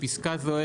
"בפסקה זו,